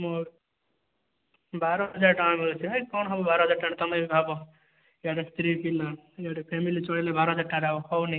ମୋର ବାର ହଜାର ଟଙ୍କା ମିଳୁଛି ଭାଇ କଣ ହେବ ବାର ହଜାର ଟଙ୍କାରେ ତମେ ବି ଭାବ ଇଆଡ଼େ ସ୍ତ୍ରୀ ପିଲା ଇଆଡ଼େ ଫ୍ୟାମିଲି ଚଳିଲେ ବାର ହଜାର ଟଙ୍କାରେ ଆଉ ହେଉନି